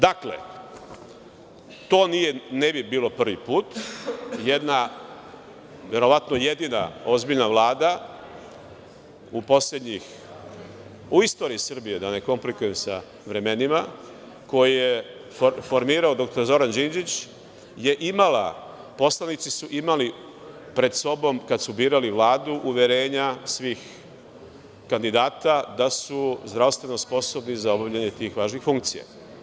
Dakle, to ne bi bilo prvi put, jedna, verovatno jedina ozbiljna Vlada u istoriji Srbije, da ne komplikujem sa vremenima, koju je formirao dr Zoran Đinđić, poslanici su imali pred sobom kada su birali Vladu uverenja svih kandidata da su zdravstveno sposobni za obavljanje tih važnih funkcija.